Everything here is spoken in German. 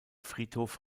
friedhof